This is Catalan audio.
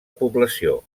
població